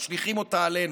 משליכים אותה עלינו.